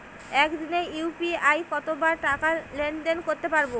একদিনে ইউ.পি.আই কতবার টাকা লেনদেন করতে পারব?